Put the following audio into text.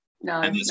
no